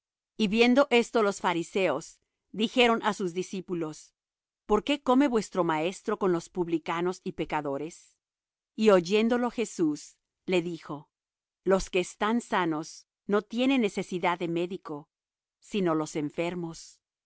y viendo esto los fariseos dijeron á sus discípulos por qué come vuestro maestro con los publicanos y pecadores y oyéndolo jesús le dijo los que están sanos no tienen necesidad de médico sino los enfermos